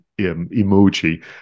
emoji